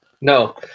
No